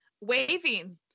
Waving